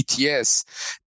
ETS